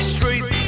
Street